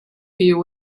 few